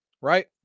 Right